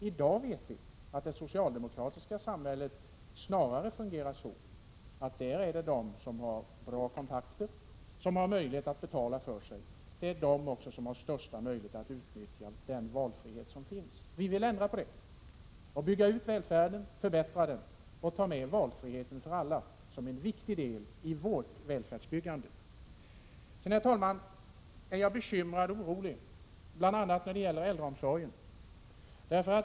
I dag vet vi att det socialdemokratiska samhället snarare fungerar så att de som har bra kontakter och möjlighet att betala för sig är de som har störst möjlighet att utnyttja den valfrihet som finns. Vi vill ändra på det. Vi vill bygga ut välfärden, förbättra den och ta med valfriheten för alla som en viktig del i vårt välfärdsbyggande. Jag är bekymrad och orolig, herr talman, bl.a. för äldreomsorgen.